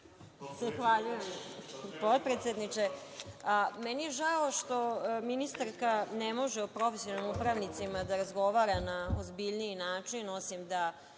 Zahvaljujem, potpredsedniče. Meni je žao što ministarka ne može o profesionalnim upravnicima da razgovara na ozbiljniji način, osim da